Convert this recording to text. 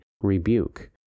rebuke